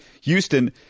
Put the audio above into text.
Houston